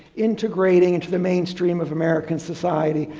integrating into the mainstream of american society,